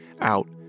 out